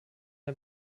der